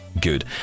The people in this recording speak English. good